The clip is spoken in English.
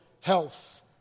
health